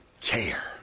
care